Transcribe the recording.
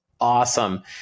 awesome